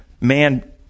man